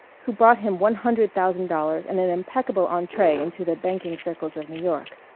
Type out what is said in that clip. who brought him one hundred thousand dollars and an impeccable entre into the banking circles of new york.